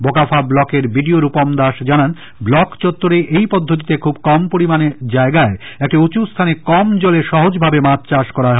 বোকাফা ব্লকের বিডিও রুপম দাস জানান ব্লক চত্বরেই এই পদ্ধতিতে খুব কম পরিমাণ জায়গায় একটি উচু স্থানে কম জলে সহজভাবে মাছ চাষ হয়